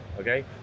Okay